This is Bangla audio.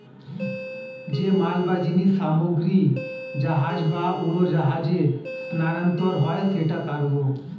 যে মাল বা জিনিস সামগ্রী জাহাজ বা উড়োজাহাজে স্থানান্তর হয় সেটা কার্গো